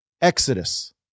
exodus